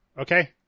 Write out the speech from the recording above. Okay